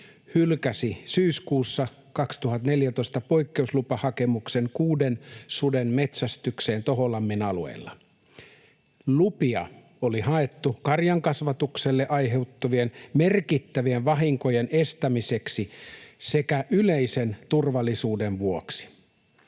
hylkäsi syyskuussa 2014 poikkeuslupahakemuksen kuuden suden metsästykseen Toholammin alueella. Lupia oli haettu karjankasvatukselle aiheutuvien merkittävien vahinkojen estämiseksi sekä yleisen turvallisuuden vuoksi.